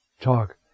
talk